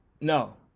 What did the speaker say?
no